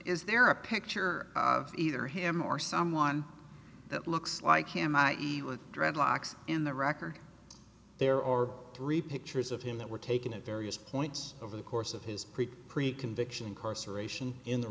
is there a picture of either him or someone that looks like him dreadlocks in the record there are three pictures of him that were taken at various points over the course of his pretty pre conviction incarceration in the